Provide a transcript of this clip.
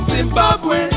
Zimbabwe